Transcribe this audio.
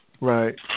Right